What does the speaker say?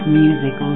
music